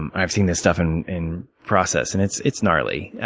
i've seen this stuff in in process. and it's it's gnarly.